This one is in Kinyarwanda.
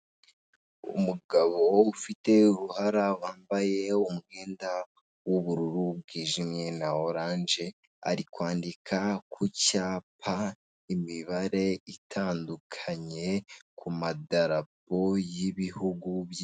Umugabo ufite uruhara wambaye umwenda w'ubururu bwijimye na oranje, ari kwandika ku cyapa imibare itandukanye ku madarapo y'ibihugu by,